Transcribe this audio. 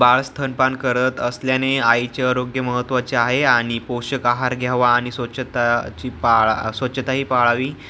बाळ स्तनपान करत असल्याने आईचे आरोग्य महत्त्वाचे आहे आणि पोषक आहार घ्यावा आणि स्वच्छता ची पाळा स्वच्छताही पाळावी